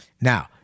Now